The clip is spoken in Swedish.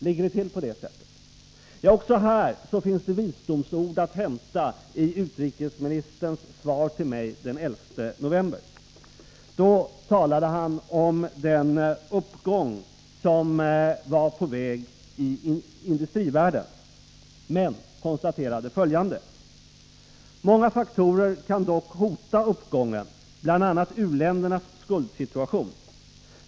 Ligger det till på detta sätt? Också här finns det visdomsord att hämta i utrikesministerns svar till mig den 11 november. Då talade han om den uppgång som var på väg i industrivärlden men konstaterade följande: ”Många faktorer kan dock hota uppgången, bl.a. u-ländernas skuldsituation.